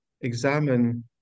examine